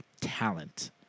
talent